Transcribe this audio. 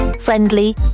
friendly